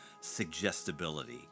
suggestibility